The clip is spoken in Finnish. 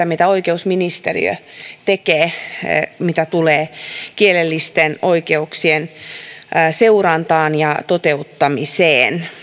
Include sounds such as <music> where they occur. <unintelligible> mitä oikeusministeriö tekee mitä tulee kielellisten oikeuksien seurantaan ja toteuttamiseen